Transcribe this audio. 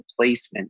placements